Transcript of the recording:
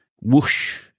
Whoosh